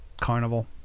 Carnival